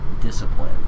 discipline